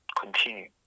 continue